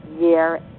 year